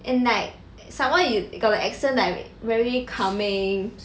and like somemore you got the accent like very calming